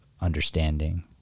understanding